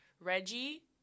Reggie